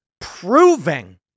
proving